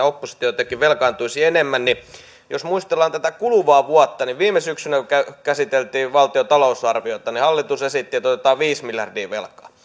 oppositio jotenkin velkaannuttaisi enemmän jos muistellaan tätä kuluvaa vuotta niin viime syksynä kun käsiteltiin valtion talousarviota hallitus esitti että otetaan viisi miljardia velkaa